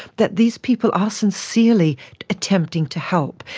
that these people are sincerely attempting to help,